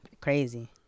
Crazy